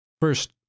first